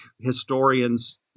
historians